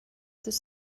dydd